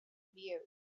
view